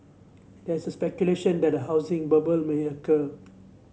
there is a speculation that a housing bubble may occur